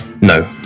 No